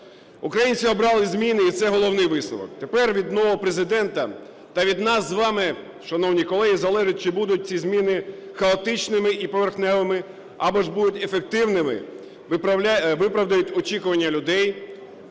Українці обрали зміни, і це головний висновок. Тепер від нового Президента та від нас з вами, шановні колеги, залежить, чи будуть ці зміни хаотичними і поверхневими або ж будуть ефективними, виправдають очікування людей,